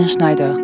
Schneider